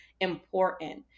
important